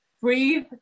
breathe